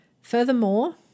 Furthermore